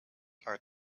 are